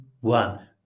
one